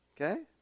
Okay